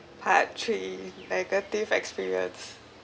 part three negative experience